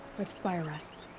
spire rests.